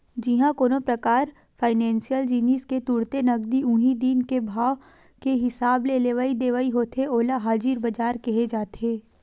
जिहाँ कोनो परकार फाइनेसियल जिनिस के तुरते नगदी उही दिन के भाव के हिसाब ले लेवई देवई होथे ओला हाजिर बजार केहे जाथे